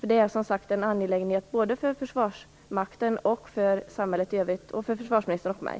Detta är, som sagt, en angelägenhet såväl för Försvarsmakten som för samhället i övrigt och för försvarsministern och mig.